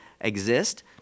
exist